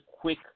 quick